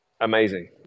Amazing